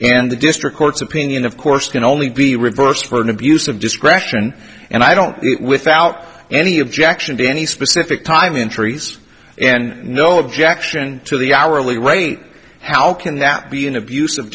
and the district court's opinion of course can only be reversed for an abuse of discretion and i don't without any objection to any specific time in trees and no objection to the hourly rate how can that be an abus